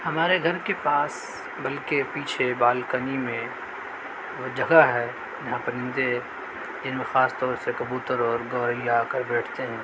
ہمارے گھر کے پاس بلکہ پیچھے بالکنی میں وہ جگہ ہے جہاں پرندے ان میں خاص طور سے کبوتر اور گوریا آ کر بیٹھتے ہیں